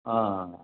हाँ